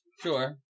Sure